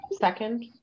Second